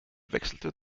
wechselte